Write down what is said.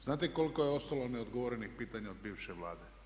Znate koliko je ostalo neodgovorenih pitanja od bivše Vlade?